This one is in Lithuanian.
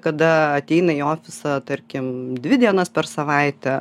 kada ateina į ofisą tarkim dvi dienas per savaitę